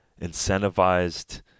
incentivized